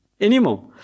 anymore